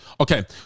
Okay